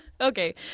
Okay